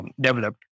developed